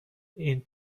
این